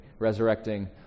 resurrecting